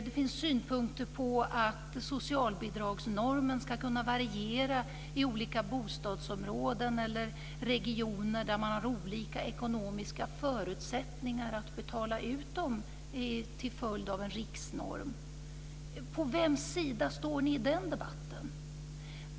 Det finns synpunkter på att socialbidragsnormen ska kunna variera i olika bostadsområden eller regioner där man har olika ekonomiska förutsättningar att betala ut dem enligt riksnormen. På vems sida står ni i den debatten?